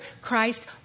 Christ